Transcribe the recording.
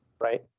Right